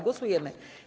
Głosujemy.